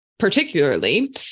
particularly